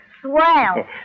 Swell